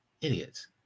Idiots